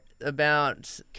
about-